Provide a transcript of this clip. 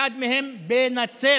אחד מהם בנצרת,